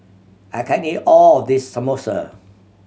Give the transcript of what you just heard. I can't eat all of this Samosa